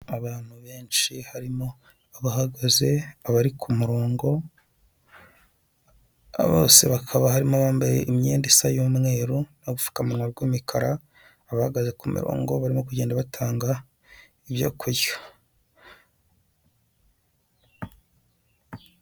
Abantu benshi harimo abahagaze, abari ku murongo, bose bakaba harimo abambaye imyenda isa y'umweru, ubupfukamunwa bw'imikara, abagahaze ku mirongo barimo kugenda batanga ibyo kurya.